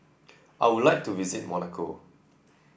I would like to visit Monaco